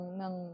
ng